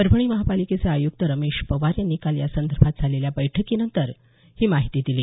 परभणी महापालिकेचे आयुक्त रमेश पवार यांनी काल यासंदर्भात झालेल्या बैठकीनंतर ही माहिती दिली